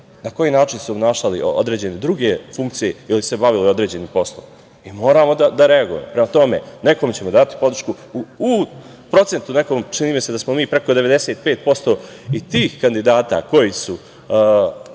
na koji način su obnašali određene druge funkcije ili se bavili određenim poslom. Mi moramo da reagujemo. Prema tome, nekom ćemo dati podršku u procentu nekom čini mi se da smo mi preko 95% i tih kandidata koji prvi